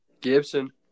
Gibson